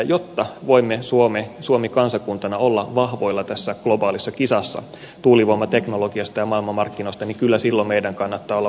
jotta suomi voi kansakuntana olla vahvoilla tässä globaalissa kisassa tuulivoimateknologiasta ja maailmanmarkkinoista niin kyllä silloin meidän kannattaa olla varhain liikkeellä